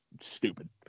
stupid